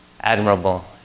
admirable